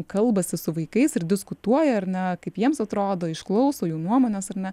kalbasi su vaikais ir diskutuoja ar ne kaip jiems atrodo išklauso jų nuomonės ar ne